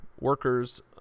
workers